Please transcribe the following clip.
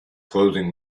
closing